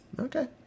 Okay